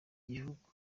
gihugu